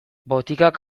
botikak